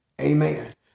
Amen